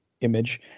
image